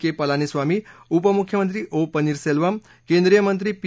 के पलानीस्वामी उपमुख्यमंत्री ओ पन्नीरसेल्वम केंद्रीय मंत्री पी